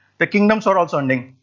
the kingdoms are also ending.